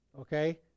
Okay